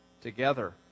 together